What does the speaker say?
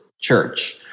church